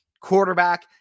quarterback